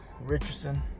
Richardson